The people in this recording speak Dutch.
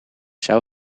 zou